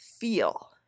feel